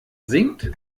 singt